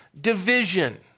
division